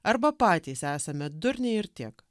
arba patys esame durniai ir tiek